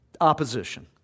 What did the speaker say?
Opposition